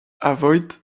avoyt